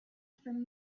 from